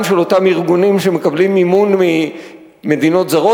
של אותם ארגונים שמקבלים מימון ממדינות זרות,